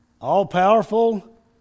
all-powerful